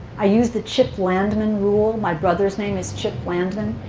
i use the chip landman rule. my brother's name is chip landman.